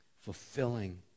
fulfilling